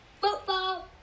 Football